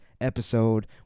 episode